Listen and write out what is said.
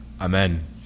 Amen